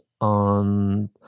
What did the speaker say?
on